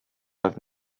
have